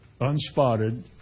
unspotted